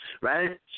Right